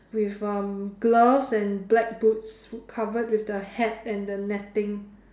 with um gloves and black boots covered with the hat and the netting